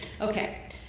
Okay